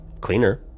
cleaner